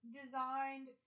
designed